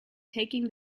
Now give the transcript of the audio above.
taking